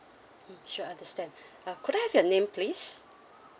mm sure understand uh could I have your name please